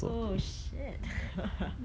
oh shit